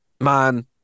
Man